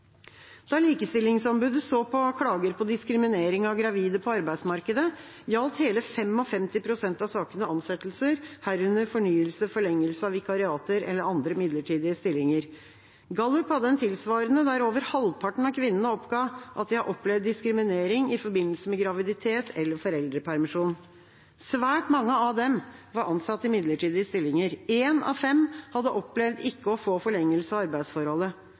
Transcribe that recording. Da likestillingsombudet så på klager på diskrimineringen av gravide på arbeidsmarkedet, gjaldt hele 55 pst. av sakene ansettelser, herunder fornyelse eller forlengelse av vikariater eller andre midlertidige stillinger. TNS Gallup hadde en tilsvarende, der over halvparten av kvinnene oppga at de har opplevd diskriminering i forbindelse med graviditet eller foreldrepermisjon. Svært mange av dem var ansatt i midlertidige stillinger. Én av fem hadde opplevd ikke å få forlengelse av arbeidsforholdet.